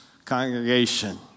congregation